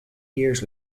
years